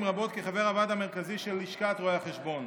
רבות כחבר הוועד המרכזי של לשכת רואי החשבון.